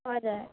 हजुर